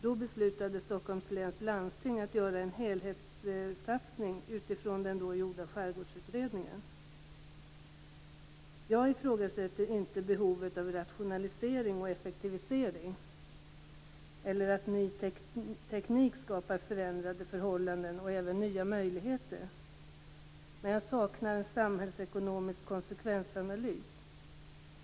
Då beslutade Stockholms läns landsting att göra en helhetssatsning utifrån den då gjorda skärgårdsutredningen. Jag ifrågasätter inte behovet av rationalisering och effektivisering eller att ny teknik skapar förändrade förhållanden och även nya möjligheter, men jag saknar en samhällsekonomisk konsekvensanalys.